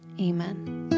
amen